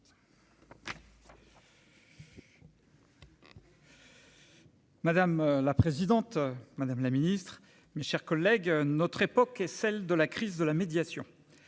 Madame la présidente, madame la ministre, mes chers collègues, notre époque est celle de la crise de la médiation,